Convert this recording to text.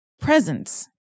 presence